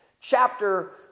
chapter